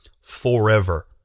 forever